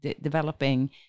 developing